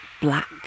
black